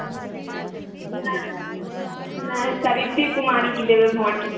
नहि नहि सरिते कुमारीके देबै भोट